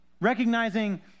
Recognizing